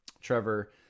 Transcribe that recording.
Trevor